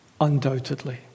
Undoubtedly